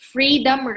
Freedom